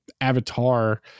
Avatar